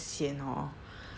sian hor